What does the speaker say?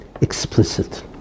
explicit